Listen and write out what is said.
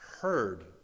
heard